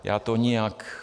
Já to nijak...